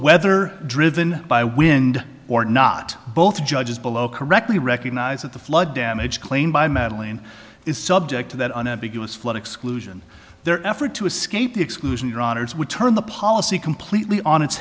whether driven by wind or not both judges below correctly recognize that the flood damage claim by madalyn is subject to that unambiguous flood exclusion their effort to escape the exclusion rodders would turn the policy completely on